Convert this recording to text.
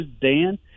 Dan